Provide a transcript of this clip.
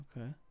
Okay